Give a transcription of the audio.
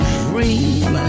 dream